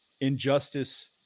injustice